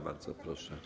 Bardzo proszę.